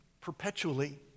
perpetually